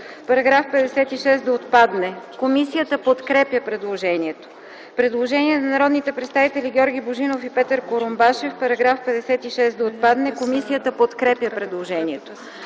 отпадне. Комисията подкрепя предложението. Предложение от народните представители Георги Божинов и Петър Курумбашев -§ 68 да отпадне. Комисията подкрепя предложението.